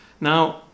Now